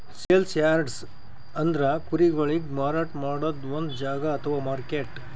sale yards ಅಂದ್ರ ಕುರಿಗೊಳಿಗ್ ಮಾರಾಟ್ ಮಾಡದ್ದ್ ಒಂದ್ ಜಾಗಾ ಅಥವಾ ಮಾರ್ಕೆಟ್